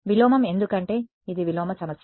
విలోమం ఎందుకంటే ఇది విలోమ సమస్య